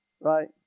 Right